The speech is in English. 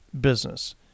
business